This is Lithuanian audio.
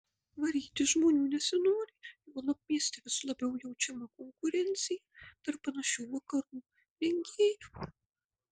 varyti žmonių nesinori juolab mieste vis labiau jaučiama konkurencija tarp panašių vakarų rengėjų